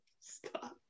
Stop